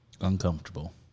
Uncomfortable